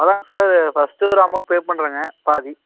அதாங்க sir first ஒரு amount pay பண்ணுறேங்க பாதி